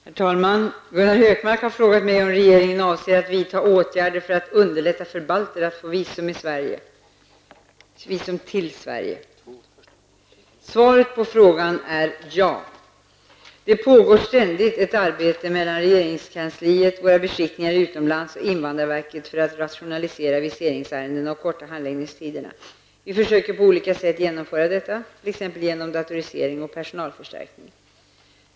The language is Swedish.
Herr talman! Gunnar Hökmark har frågat mig om regeringen avser att vidta åtgärder för att underlätta för balter att få visum till Sverige. Svaret på frågan är ja. Det pågår ständigt ett arbete mellan regeringskansliet, våra beskickningar utomlands och invandrarverket för att rationalisera viseringsärendena och förkorta handläggningstiderna. Vi försöker på olika sätt genomföra detta, t.ex. genom datorisering och personalförstärkning.